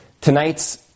Tonight's